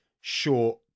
short